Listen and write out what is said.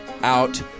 out